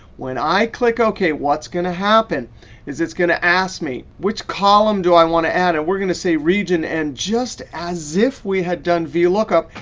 when i click ok, what's going to happen is it's going to ask me which column do i want to? and we're going to say region. and just as if we had done vlookup,